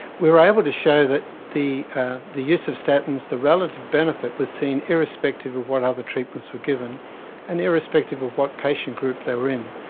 we are able to show that the the use of statins, the relative benefit was seen irrespective of what other treatments were given and irrespective of what patient group they were in.